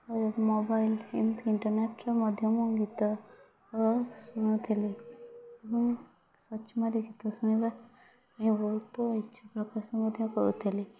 ଆଉ ମୋବାଇଲ୍ ଏମିତି ଇଣ୍ଟରନେଟ୍ରେ ମଧ୍ୟ ମୁଁ ଗୀତ ଶୁଣୁଥିଲି ଏବଂ ସର୍ଚ୍ଚ ମାରି ଗୀତ ଶୁଣିବା ଏହା ବହୁତ ଇଚ୍ଛା ପ୍ରକାଶ ମଧ୍ୟ କରୁଥିଲି